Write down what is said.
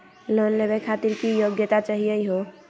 Loan लेवे खातीर की योग्यता चाहियो हे?